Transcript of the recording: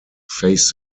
face